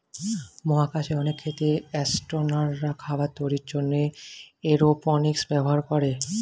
মহাকাশে অনেক ক্ষেত্রে অ্যাসট্রোনটরা খাবার তৈরির জন্যে এরওপনিক্স ব্যবহার করে